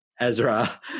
Ezra